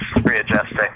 readjusting